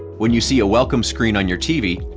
when you see a welcome screen on your tv,